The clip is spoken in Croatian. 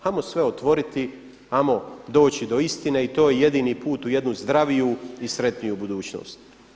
Hajmo sve otvoriti, hajmo doći do istine i to je jedini put u jednu zdraviju i sretniju budućnost.